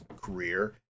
career